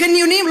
חניונים.